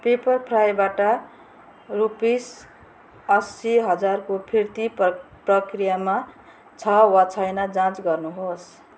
पेप्परफ्राईबाट rupees असी हजारको फिर्ती पर्क प्रक्रियामा छ वा छैन जाँच गर्नुहोस्